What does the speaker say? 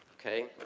okay.